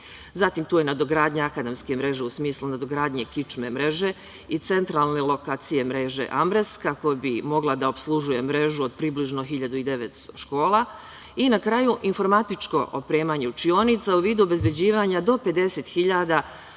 tu je nadogradnja akademske mreže u smislu nadogradnje kičme mreže i centralne lokacije mreže Ambres kako bi mogla da opslužuje mrežu od približno 1.900 škola. Na kraju, informatičko opremanje učionica u vidu obezbeđivanja do 50.000